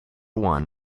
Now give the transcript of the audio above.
one